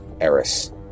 Eris